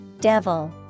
Devil